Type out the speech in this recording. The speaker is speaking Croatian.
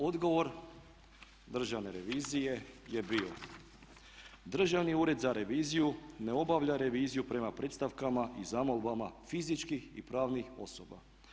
Odgovor državne revizije je bio, Državni ured za reviziju ne obavlja reviziju prema predstavkama i zamolbama fizičkih i pravnih osoba.